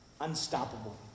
unstoppable